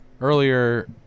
earlier